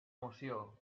moció